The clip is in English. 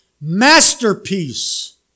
masterpiece